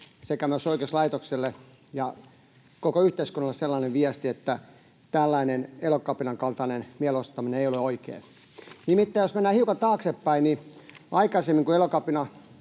sekä myös oikeuslaitokselle ja koko yhteiskunnalle sellainen viesti, että tällainen Elokapinan kaltainen mielenosoittaminen ei ole oikein. Nimittäin jos mennään hiukan taaksepäin, niin aikaisemmin, kun